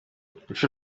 banki